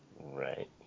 Right